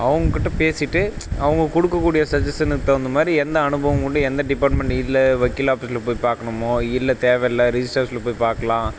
அவங்ககிட்ட பேசிட்டு அவங்க கொடுக்கக்கூடிய சஜ்ஜஷனுக்கு தகுந்த மாதிரி என்ன அனுபவம் கொண்டு எந்த டிப்பார்ட்மெண்ட் இதில் வக்கீல் ஆஃபீஸில் போய் பார்க்கணுமோ இல்லை தேவயில்ல ரிஜிஸ்ட்ரு ஆஃபீஸில் போய் பார்க்கலாம்